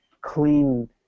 clean